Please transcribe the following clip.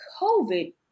COVID